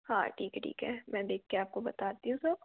हाँ हीक है ठीक है मैं देख के आपको बताती हूँ स